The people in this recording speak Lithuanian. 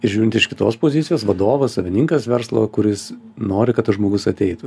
žiūrint iš kitos pozicijos vadovas savininkas verslo kuris nori kad tas žmogus ateitų